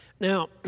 Now